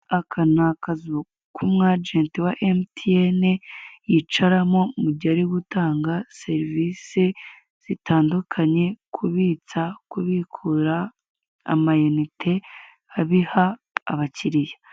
Aka ni akazu k'umu ajenti wa emutiyeni yicaramo mu gihe ari gutanga serivise zitandukanye kubitsa, kubikura, amayinite abiha bakiriya.